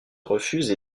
refuse